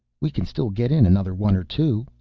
we can still get in another one or two,